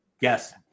Yes